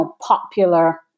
popular